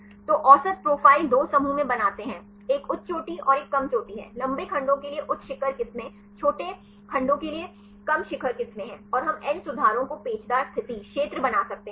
तो औसत प्रोफ़ाइल दो समूहों में बनाते हैं एक उच्च चोटी और कम चोटी है लंबे खंडों के लिए उच्च शिखर किस्में छोटे खंडों के लिए कम शिखर किस्में हैं और हम एन सुधारों को पेचदार स्थिति क्षेत्र बना सकते हैं